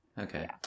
Okay